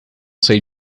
sei